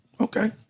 Okay